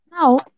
now